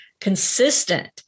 consistent